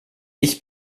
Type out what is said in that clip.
ich